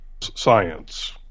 science